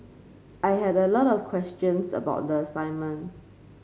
I had a lot of questions about the assignment